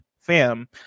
fam